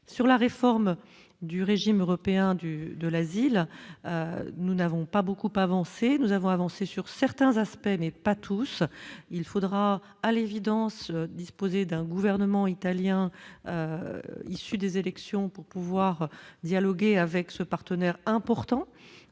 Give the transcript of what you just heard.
sur la réforme du régime européen du de l'asile, nous n'avons pas beaucoup avancé, nous avons avancé sur certains aspects, mais pas tous, il faudra à l'évidence, disposer d'un gouvernement italien issu des élections pour pouvoir dialoguer avec ce partenaire important